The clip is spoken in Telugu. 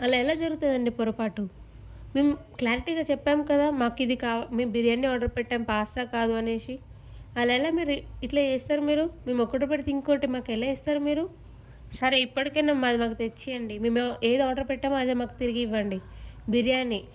అలా ఎలా జరుగుతుందండి పొరపాటు మేము క్లారిటీగా చెప్పాము కదా మాకిది కా మేము బిర్యానీ ఆర్డర్ పెట్టాం పాస్తా కాదు అని అలా ఎలా మీరు ఇలా చేస్తారు మీరు మేము ఒకటి పెడితే ఇంకోకటి మాకెలా ఇస్తారు మీరు సరే ఇప్పటికైనా మాది మాకు తెచ్చియండి మేము ఏది ఆర్డర్ పెట్టామో అదే మాకు తిరిగి ఇవ్వండి బిర్యానీ